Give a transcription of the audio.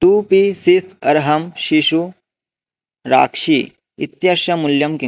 two pieces अर्हाम् शिशुराक्षी इत्यस्य मूल्यं किम्